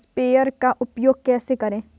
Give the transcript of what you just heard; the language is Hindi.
स्प्रेयर का उपयोग कैसे करें?